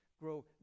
grow